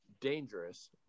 dangerous